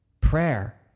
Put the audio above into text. prayer